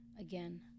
again